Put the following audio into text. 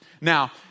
Now